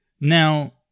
now